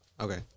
Okay